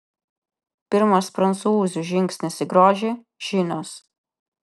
pirmas prancūzių žingsnis į grožį žinios